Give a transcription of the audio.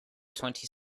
twenty